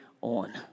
on